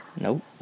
Nope